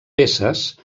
peces